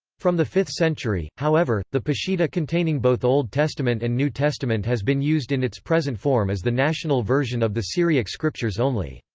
from the fifth century, however, the peshitta containing both old testament and new testament has been used in its present form as the national version of the syriac scriptures only.